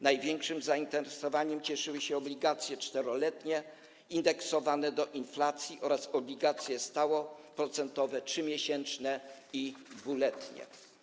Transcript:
Największym zainteresowaniem cieszyły się obligacje 4-letnie indeksowane do inflacji oraz obligacje stałoprocentowe 3-miesięczne i 2-letnie.